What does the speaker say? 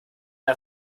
der